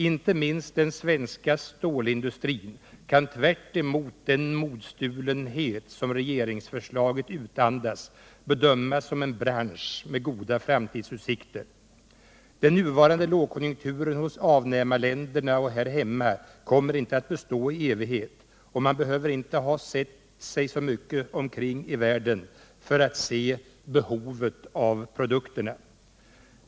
Inte minst den svenska stålindustrin kan tvärtemot den modstulenhet som regeringsförslaget andas bedömas som en bransch med goda framtidsutsikter. Den nuvarande lågkonjunkturen hos avnämarländerna och här hemma kommer inte att bestå i evighet, och man behöver inte ha sett sig särskilt mycket omkring i världen för att se behoven av produkterna.